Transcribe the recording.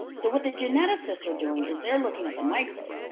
so what the geneticists are doing is they're looking at the micro.